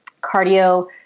cardio